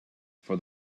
for